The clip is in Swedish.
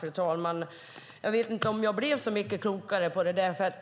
Fru talman! Jag vet inte om jag blev så mycket klokare av det